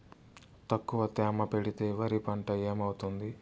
తక్కువ తేమ పెడితే వరి పంట ఏమవుతుంది